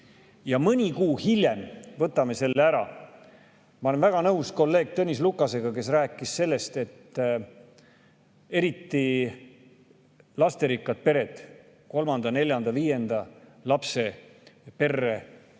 ja mõni kuu hiljem võtame selle ära. Ma olen väga nõus kolleeg Tõnis Lukasega, kes rääkis sellest, et eriti lasterikaste perede puhul, kolmanda-neljanda-viienda lapse perre